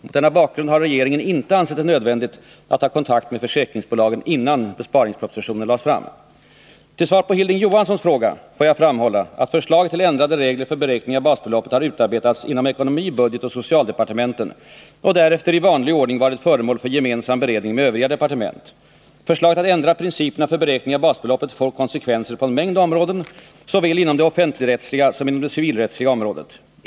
Mot denna bakgrund har regeringen inte ansett det nödvändigt att ta kontaktmed Nr 36 försäkringsbolagen innan besparingspropositionen lades fram. Torsdagen den Till svar på Hilding Johanssons fråga får jag framhålla att förslaget till 27 november 1980 ändrade regler för beräkning av basbeloppet har utarbetats inom ekonomi-, budgetoch socialdepartementen och därefter i vanlig ordning varit föremål för gemensam beredning med övriga departement. Förslaget att ändra principerna för beräkning av basbeloppet får konsekvenser på en mängd områden, såväl inom det offentligrättsliga som inom det civilrättsliga basbeloppet området.